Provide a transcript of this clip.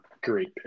Great